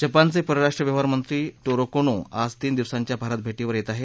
जपानचे परराष्ट्र व्यवहारमंत्री टारो कोना आता तीन दिवसांच्या भारत भेटीवर येत आहेत